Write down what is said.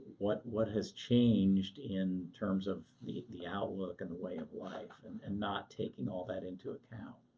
what what has changed in terms of the the outlook and the way of life and and not taking all that into account.